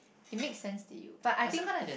it makes sense to you but I think